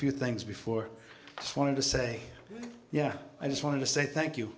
few things before i wanted to say yeah i just wanted to say thank you